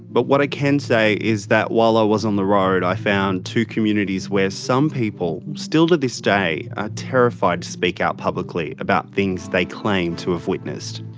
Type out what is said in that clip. but what i can say is that while i was on the road i found two communities where some people, still to this ah terrified to speak out publicly about things they claim to have witnessed.